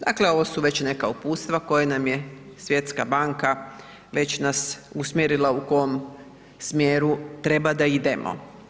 Dakle ovo su već neka uputstva koje nam je Svjetska banka već nas usmjerila u kom smjeru treba da idemo.